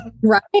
Right